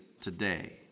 today